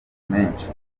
menshi